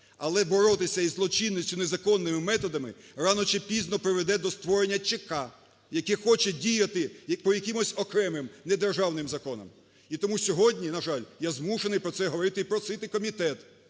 Але боротися із злочинністю незаконними методами рано чи пізно приведе до створення ЧК, яке хоче діяти по якимось окремим недержавним законам. І тому сьогодні, на жаль, я змушений про це говорити і просити комітет